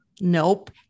Nope